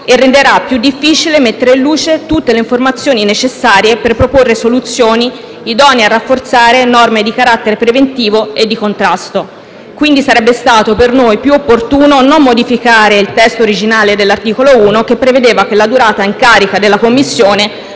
e renderà più difficile mettere in luce tutte le informazioni necessarie per proporre soluzioni idonee a rafforzare norme di carattere preventivo e di contrasto. Quindi, sarebbe stato per noi più opportuno non modificare il testo originario dell'articolo 1 che prevedeva che la durata in carica della Commissione